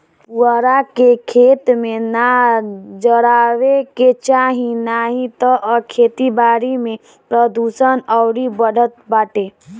पुअरा के, खेत में ना जरावे के चाही नाही तअ खेती बारी में प्रदुषण अउरी बढ़त बाटे